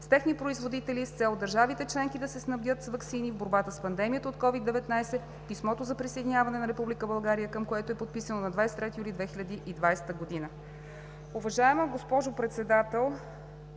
с техни производители с цел държавите членки да се снабдят с ваксини в борбата с пандемията от COVID-19, писмото за присъединяване на Република България, към което е подписано на 23 юли 2020 г.“